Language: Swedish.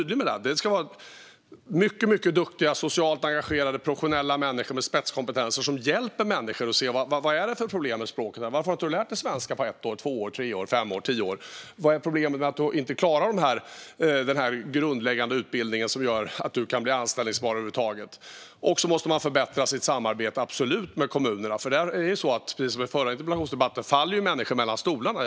Det ska vara duktiga, socialt engagerade och professionella människor med spetskompetens som hjälper människor och ifrågasätter varför de inte lärt sig språket på ett, två, tre, fem eller tio år eller inte klarat en grundläggande utbildning som gör dem anställbara. Arbetsförmedlingen måste absolut förbättra sitt samarbete med kommunerna, för nu faller människor mellan stolarna.